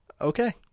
Okay